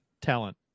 talent